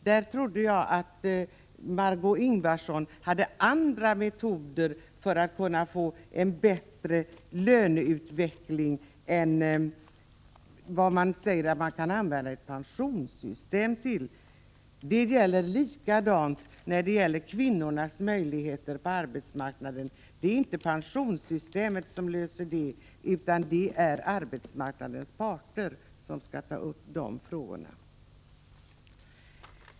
Jag trodde att Margö Ingvardsson förespråkade andra metoder för att få en bättre löneutveckling än att använda pensionssystemet för att åstadkomma detta. Detsamma gäller för kvinnornas möjligheter på arbetsmarknaden. Man löser inte de problemen genom att använda pensionssystemet, utan de skall behandlas av arbetsmarknadens parter.